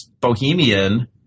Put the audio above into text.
bohemian